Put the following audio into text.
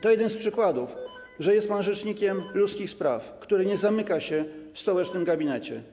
To jeden z przykładów, że jest pan rzecznikiem ludzkich spraw, który nie zamyka się w stołecznym gabinecie.